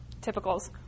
typicals